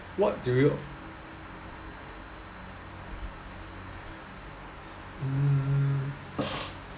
what do you hmm